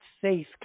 faith